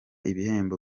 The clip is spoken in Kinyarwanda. ibihembo